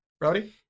Rowdy